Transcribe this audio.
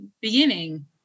beginning